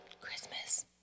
Christmas